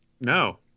No